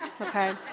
okay